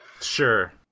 Sure